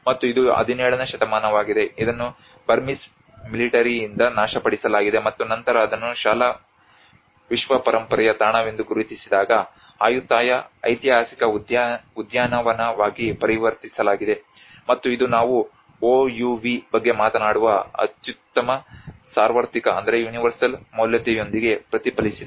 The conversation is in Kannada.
ಮತ್ತು ಇದು 17 ನೇ ಶತಮಾನವಾಗಿದೆ ಇದನ್ನು ಬರ್ಮೀಸ್ ಮಿಲಿಟರಿಯಿಂದ ನಾಶಪಡಿಸಲಾಗಿದೆ ಮತ್ತು ನಂತರ ಅದನ್ನು ಶಾಲಾ ವಿಶ್ವ ಪರಂಪರೆಯ ತಾಣವೆಂದು ಗುರುತಿಸಿದಾಗ ಆಯುಥಾಯಾ ಐತಿಹಾಸಿಕ ಉದ್ಯಾನವನವಾಗಿ ಪರಿವರ್ತಿಸಲಾಗಿದೆ ಮತ್ತು ಇದು ನಾವು OUV ಬಗ್ಗೆ ಮಾತನಾಡುವ ಅತ್ಯುತ್ತಮ ಸಾರ್ವತ್ರಿಕ ಮೌಲ್ಯತೆಯೊಂದಿಗೆ ಪ್ರತಿಫಲಿಸಿದೆ